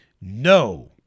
no